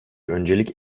öncelik